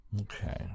Okay